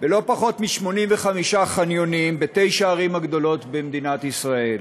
בלא פחות מ-85 חניונים בתשע הערים הגדולות במדינת ישראל.